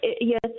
Yes